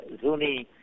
Zuni